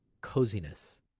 coziness